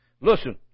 Listen